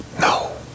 no